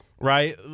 Right